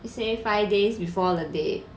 they say five days before the day